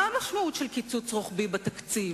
מה המשמעות של קיצוץ רוחבי בתקציב?